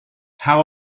how